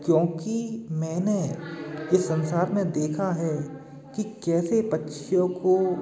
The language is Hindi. क्योंकि मैंने ये संसार में देखा है कि कैसे बच्चों को